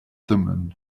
thummim